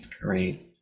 great